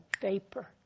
vapor